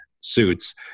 suits